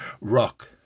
rock